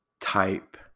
type